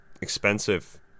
expensive